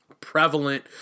prevalent